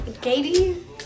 Katie